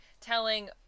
telling